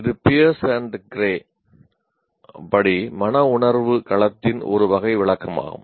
இது 'Pierce and Grey' படி மனவுணர்வு களத்தின் ஒரு வகை விளக்கமாகும்